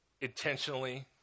intentionally